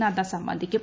നദ്ദ സംബന്ധിക്കും